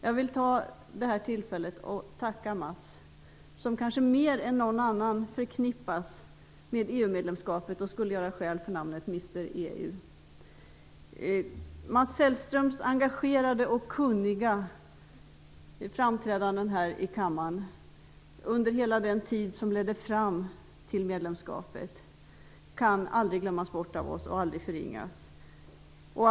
Jag vill ta detta tillfälle i akt och tacka Mats Hellström, som kanske mer än någon annan förknippas med EU medlemskapet och skulle göra skäl för namnet Mr EU. Mats Hellströms engagerade och kunniga framträdanden här i kammaren under hela den tid som ledde fram till medlemskapet kan aldrig glömmas bort eller förringas av oss.